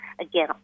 again